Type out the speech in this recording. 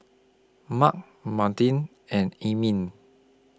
Mark Martine and E Ming